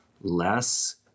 less